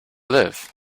live